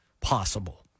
possible